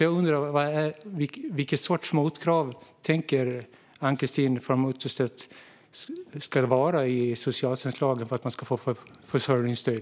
Jag undrar därför vilken sorts motkrav Ann-Christine From Utterstedt tänker ska finnas i socialtjänstlagen när det gäller försörjningsstöd.